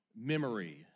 memory